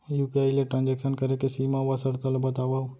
UPI ले transaction करे के सीमा व शर्त ला बतावव?